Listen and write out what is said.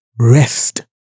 rest